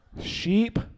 Sheep